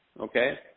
Okay